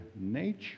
nature